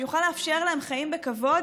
שיוכל לאפשר להם חיים בכבוד,